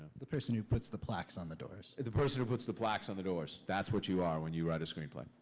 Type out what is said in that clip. the person who puts the plaques on the doors. the the person who puts the plaques on the doors. that's what you are when you write a screenplay.